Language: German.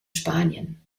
spanien